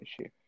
issue